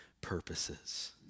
purposes